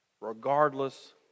regardless